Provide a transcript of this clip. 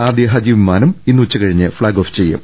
ആദ്യ ഹജ്ജ് വിമാനം ഇന്ന് ഉച്ച കഴിഞ്ഞ് ഫ്ളാഗ് ഓഫ് ചെയ്യും